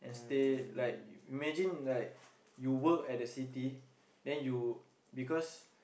stay like imagine like you work at the city then you because